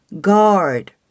Guard